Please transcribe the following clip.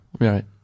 Right